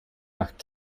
nach